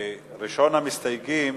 וראשון המסתייגים,